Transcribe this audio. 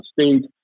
state